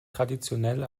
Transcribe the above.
traditionell